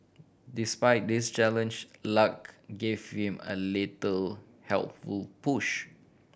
despite this challenge luck gave him a little helpful push